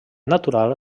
natural